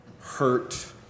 hurt